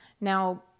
Now